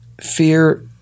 fear